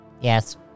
Yes